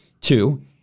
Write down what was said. Two